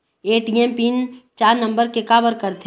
ATM PIN चार नंबर के काबर करथे?